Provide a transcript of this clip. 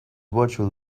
virtual